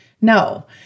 no